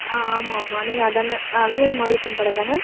ஆ ஆமாம் ஆமாம் நீங்கள் அதானே அலமேலு மாரியப்பன் கடை தானே